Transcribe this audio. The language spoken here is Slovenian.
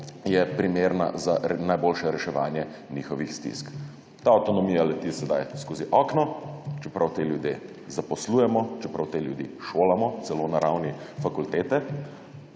je primerna za najboljše reševanje njihovih stisk. Ta avtonomija leti sedaj skozi okno, čeprav te ljudi zaposlujemo, čeprav te ljudi šolamo, celo na ravni fakultete